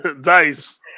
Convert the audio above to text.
Dice